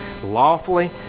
lawfully